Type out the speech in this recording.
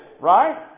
right